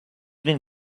been